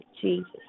Jesus